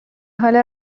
حال